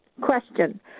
Question